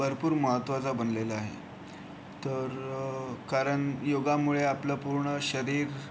भरपूर महत्त्वाचा बनलेला आहे तर कारण योगामुळे आपलं पूर्ण शरीर